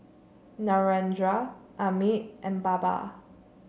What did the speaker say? Narendra Amit and Baba